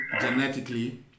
genetically